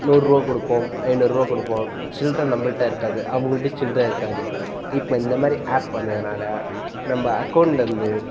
நூறுரூவாக் கொடுப்போம் ஐந்நூறுரூவாக் கொடுப்போம் சில்லறை நம்மள்ட்ட இருக்காது அவங்கள்ட்டியும் சில்லறை இருக்காது இப்போ இந்த மாதிரி ஆப் வந்ததுனால் நம்ம அக்கௌண்ட்டிலேருந்து